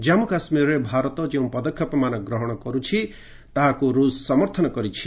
ଜାମ୍ମୁ କାଶ୍ମୀରରେ ଭାରତ ଯେଉଁ ପଦକ୍ଷେପମାନ ଗ୍ରହଣ କରୁଛି ତାହାକୁ ରୁଷ ସମର୍ଥନ କରିଛି